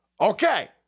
Okay